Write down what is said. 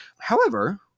However-